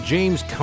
James